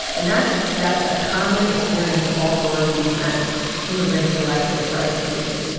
and that's that's a common experience of all four of these men who have been selected for execution.